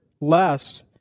less